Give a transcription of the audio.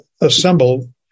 assemble